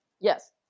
Yes